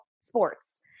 sports